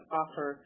offer